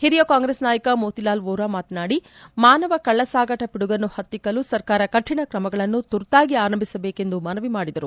ಹಿರಿಯ ಕಾಂಗ್ರೆಸ್ ನಾಯಕ ಮೋತಿಲಾಲ್ ಓರಾ ಮಾತನಾಡಿ ಮಾನವ ಕಳ್ಳಸಾಗಾಟ ಪಿಡುಗನ್ನು ಪತ್ತಿಕ್ಕಲು ಸರ್ಕಾರ ಕಠಿಣ ಕ್ರಮಗಳನ್ನು ತುರ್ತಾಗಿ ಆರಂಭಿಸಬೇಕೆಂದು ಮನವಿ ಮಾಡಿದರು